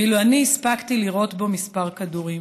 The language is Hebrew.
ואילו אני הספקתי לירות בו כמה כדורים.